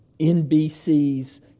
nbc's